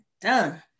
done